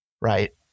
right